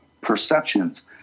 perceptions